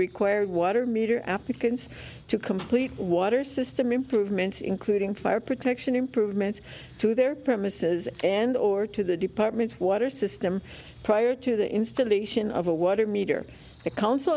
required water meter applicants to complete one or system improvements including fire protection improvements to their premises and or to the department's water system prior to the installation of a what it meter the council